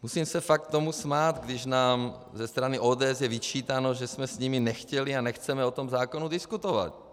Musím se tomu fakt smát, když nám ze strany ODS je vyčítáno, že jsme s nimi nechtěli a nechceme o tom zákonu diskutovat.